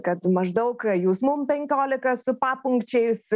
kad maždaug jūs mum penkiolika su papunkčiais